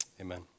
Amen